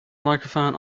microphone